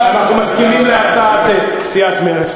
אנחנו מסכימים להצעת סיעת מרצ.